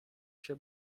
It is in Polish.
się